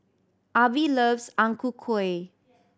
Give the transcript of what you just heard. Avie loves Ang Ku Kueh